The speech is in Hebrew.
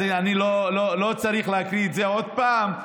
אז אני לא צריך להקריא את זה עוד פעם.